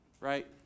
right